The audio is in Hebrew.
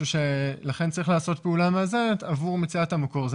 לכן צריך לעשות פעולה מאזנת עבור מציאת המקור הזה.